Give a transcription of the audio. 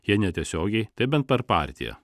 jei netiesiogiai tai bent per partiją